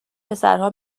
پسرها